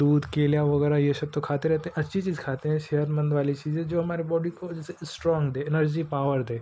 दूध केला वग़ैरह ये सब तो खाते रहते अच्छी चीज़ खाते हैं सेहतमन्द वाली चीजे़ं जो हमारी बॉडी को जैसे स्ट्रॉन्ग दे एनर्ज़ी पॉवर दे